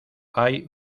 hay